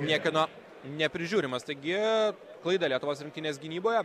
niekieno neprižiūrimas taigi klaida lietuvos rinktinės gynyboje